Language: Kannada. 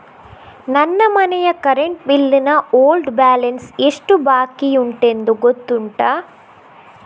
ನನ್ನ ಮನೆಯ ಕರೆಂಟ್ ಬಿಲ್ ನ ಓಲ್ಡ್ ಬ್ಯಾಲೆನ್ಸ್ ಎಷ್ಟು ಬಾಕಿಯುಂಟೆಂದು ಗೊತ್ತುಂಟ?